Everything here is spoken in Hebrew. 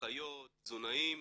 אחיות, תזונאים,